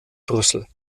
brüssel